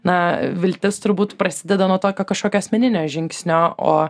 na viltis turbūt prasideda nuo tokio kažkokio asmeninio žingsnio o